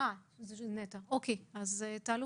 תעלו